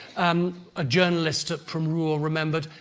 um a journalist ah from rouen remembered,